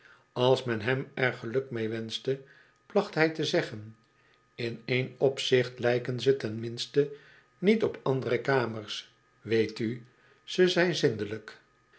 als men hem er geluk meewenschte placht hij to zeggen in één opzicht lijken ze ten minste niet op andere kamers weet u ze zijn zindelijk